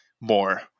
more